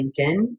LinkedIn